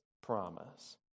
promise